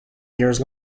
years